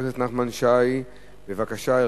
בבקשה.